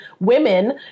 women